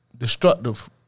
Destructive